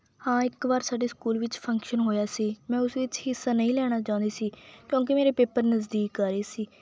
ਹਾਂ ਇੱਕ ਵਾਰ ਸਾਡੇ ਸਕੂਲ ਵਿੱਚ ਫ਼ੰਕਸ਼ਨ ਹੋਇਆ ਸੀ ਮੈਂ ਉਸ ਵਿੱਚ ਹਿੱਸਾ ਨਹੀਂ ਲੈਣਾ ਚਾਹੁੰਦੀ ਸੀ ਕਿਉਂਕਿ ਮੇਰੇ ਪੇਪਰ ਨਜ਼ਦੀਕ ਆ ਰਹੇ ਸੀ